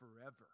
forever